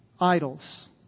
idols